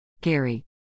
Gary